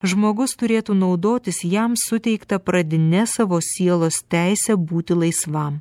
žmogus turėtų naudotis jam suteikta pradine savo sielos teise būti laisvam